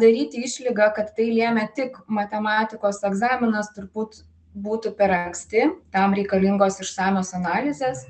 daryti išlygą kad tai lėmė tik matematikos egzaminas turbūt būtų per anksti tam reikalingos išsamios analizės